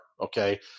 okay